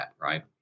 right